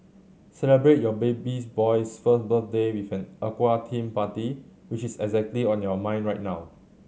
celebrate your babies boy's first birthday with an aqua theme party which is exactly on your mind right now